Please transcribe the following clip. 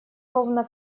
равно